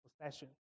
possession